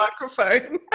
microphone